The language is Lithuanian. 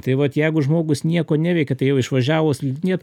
tai vat jeigu žmogus nieko neveikia tai jau išvažiavo slidinėt